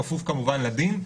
כפוף כמובן לדין.